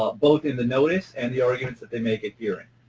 but both in the notice and the argument that they make at hearing.